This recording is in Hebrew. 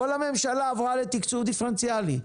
כל הממשלה עברה לתקצוב דיפרנציאלי.